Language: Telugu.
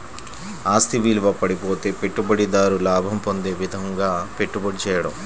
ఆస్తి విలువ పడిపోతే పెట్టుబడిదారు లాభం పొందే విధంగాపెట్టుబడి చేయడం